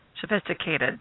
sophisticated